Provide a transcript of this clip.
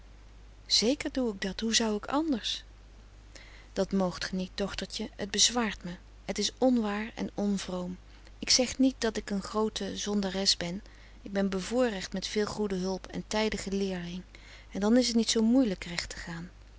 zeker doe ik dat hoe zou ik anders dat moogt ge niet dochtertje het bezwaart me het is onwaar en onvroom ik zeg niet dat ik een groote zondares ben ik ben bevoorrecht met veel goede hulp en tijdige leering en dan is t niet zoo moeielijk recht te gaan